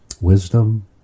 wisdom